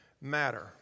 matter